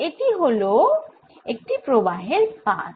এটি হল একটি প্রবাহের পাত